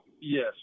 yes